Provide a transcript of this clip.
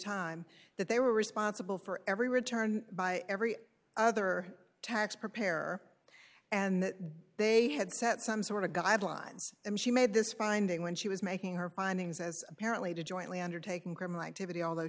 time that they were responsible for every return by every other tax preparer and that they had set some sort of guidelines and she made this finding when she was making her findings as apparently to jointly undertaken criminal activity although